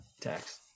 text